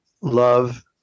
love